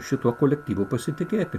šituo kolektyvu pasitikėti